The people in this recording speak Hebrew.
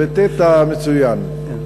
ביטאת מצוין,